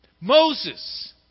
Moses